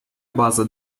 база